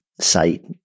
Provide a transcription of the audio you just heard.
sight